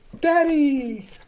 Daddy